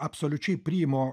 absoliučiai priimu